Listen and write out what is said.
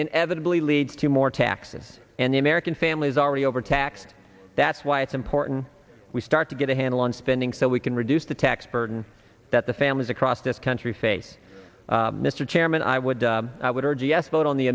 inevitably leads to more taxes and the american families already overtaxed that's why it's important we start to get a handle on spending so we can reduce the tax burden that the families across this country face mr chairman i would i would